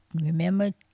Remember